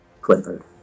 Clifford